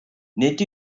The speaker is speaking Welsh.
nid